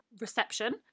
reception